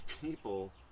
people